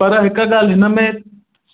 पर हिक ॻाल्हि हिन में